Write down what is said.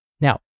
Now